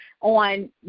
On